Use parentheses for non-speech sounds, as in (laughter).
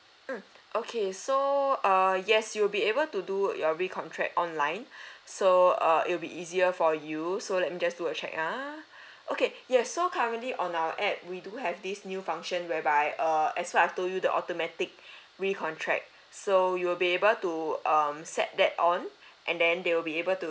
mm okay so err yes you'll be able to do your recontract online (breath) so uh it will be easier for you so let me just do a check ah okay yes so currently on our app we do have this new function whereby err as what I've told you the automatic recontract so you'll be able to um set that on (breath) and then they will be able to